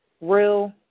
real